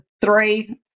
three